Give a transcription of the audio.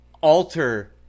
alter